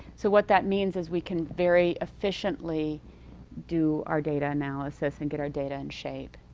so what that means is, we can vary efficiently do our data analysis and get our data in shape.